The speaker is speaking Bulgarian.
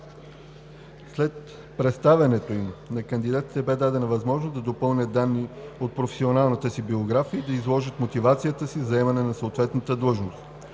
След представянето им на кандидатите бе дадена възможност да допълнят данни от професионалната си биография и да изложат мотивацията си за заемане на съответната длъжност.